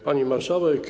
Pani Marszałek!